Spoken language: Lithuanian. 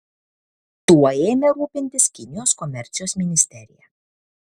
tuo ėmė rūpintis kinijos komercijos ministerija